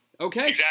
okay